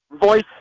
voice